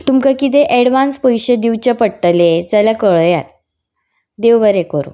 तुमकां कितें एडवान्स पयशे दिवचे पडटले जाल्यार कळयात देव बरें करूं